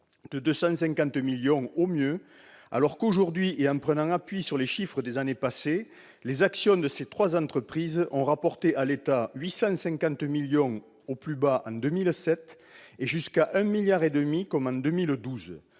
de 250 millions d'euros au mieux, alors que, aujourd'hui, et en prenant appui sur les chiffres des années passées, les actions de ces trois entreprises ont rapporté à l'État 850 millions d'euros au plus bas en 2017 et jusqu'à 1,5 milliard d'euros les